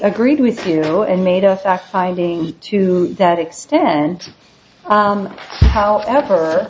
agreed with you and made a fact finding to that extent however